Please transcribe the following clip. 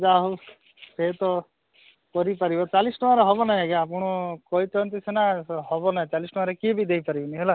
ଯା ହଉ ସେ ତ କରିପାରିବ ଚାଳିଶଟଙ୍କାରେ ହେବ ନାହିଁ ଆଜ୍ଞା ଆପଣ କହିଛନ୍ତି ସିନା ହେବନାହିଁ ଚାଳିଶ ଟଙ୍କାରେ କିଏ ବି ଦେଇପାରିବେନି ହେଲା